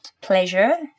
pleasure